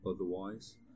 otherwise